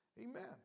Amen